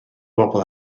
bobl